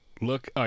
look